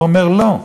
והוא אומר: לא,